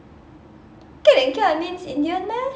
keling kia means indian meh